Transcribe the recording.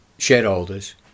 Shareholders